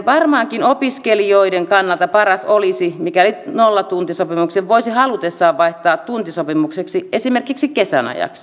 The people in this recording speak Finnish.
varmaankin opiskelijoiden kannalta paras olisi mikäli nollatuntisopimuksen voisi halutessaan vaihtaa tuntisopimukseksi esimerkiksi kesän ajaksi